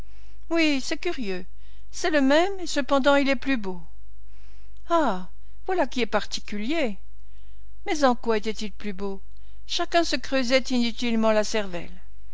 oui c'est curieux c'est le même et cependant il est plus beau ah voilà qui est particulier mais en quoi était-il plus beau chacun se creusait inutilement la cervelle